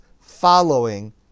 following